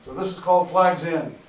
this is called flags in.